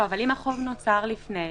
אבל אם החוב נוצר לפני?